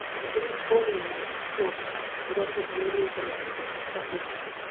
the villain formerly known as scorpion, and offered him new abilities as the second venom.